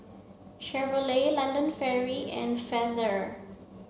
Chevrolet London and Feather